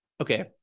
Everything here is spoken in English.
Okay